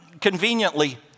conveniently